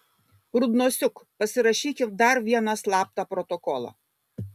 rudnosiuk pasirašykim dar vieną slaptą protokolą